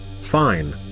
Fine